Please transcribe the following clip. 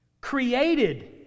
created